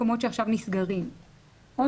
לעניין תקנה 5(ב)(2), (14)